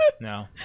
no